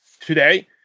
today